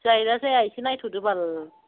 जायोना जाया एसे नायथ'दो बाल